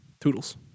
Toodles